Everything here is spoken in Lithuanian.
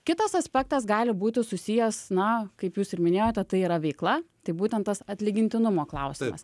kitas aspektas gali būti susijęs na kaip jūs ir minėjote tai yra veikla tai būtent tas atlygintinumo klausimas